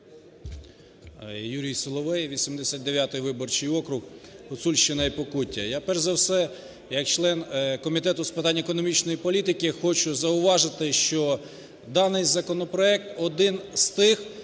Юрій Соловей, 89 виборчий округ, Гуцульщина і Покуття. Я перш за все як член Комітету з питань економічної політики хочу зауважити, що даний законопроект один з тих,